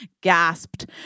gasped